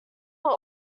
were